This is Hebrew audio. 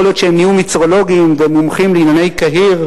יכול להיות שהם נהיו מצרולוגים והם מומחים לענייני קהיר.